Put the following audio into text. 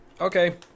Okay